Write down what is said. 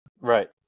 right